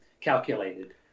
calculated